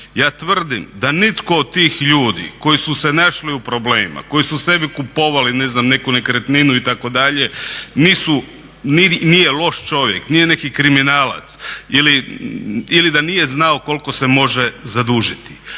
Ja tvrdim da nitko od tih ljudi koji su se našli u problemima, koji su sebi kupovali ne znam neku nekretninu itd. nije loš čovjek, nije neki kriminalac ili da nije znao koliko se može zadužiti.